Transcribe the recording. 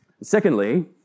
Secondly